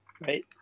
right